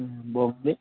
బాగుంది